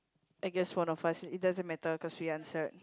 I guess one of us it doesn't matter cause we answer